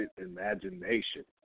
Imagination